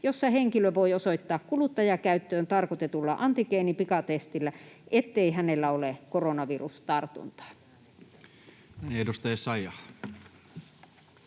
joissa henkilö voi osoittaa kuluttajakäyttöön tarkoitetulla antigeenipikatestillä, ettei hänellä ole koronavirustartuntaa.”